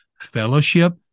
fellowship